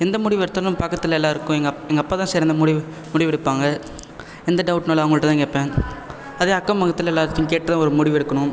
எந்த முடிவு எடுத்தாலும் பார்க்கறதில்லை எல்லாருக்கும் எங்கள் அப் எங்கள் அப்பா தான் சிறந்த முடிவு முடிவு எடுப்பாங்கள் எந்த டவுட்னாலும் அவங்கள்ட்ட தான் கேட்பேன் அதே அக்கம் பக்கத்தில் எல்லார் கிட்டையும் கேட்டு தான் முடிவு எடுக்கணும்